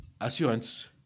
assurance